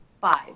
Five